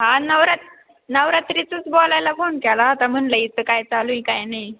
हां नवरात नवरात्रीचंच बोलायला फोन केला होता म्हटलं इथं काय चालू आहे काय नाही